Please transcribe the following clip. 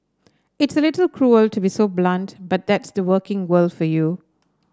it's a little cruel to be so blunt but that's the working world for you